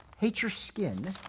hate your skin.